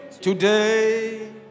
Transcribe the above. today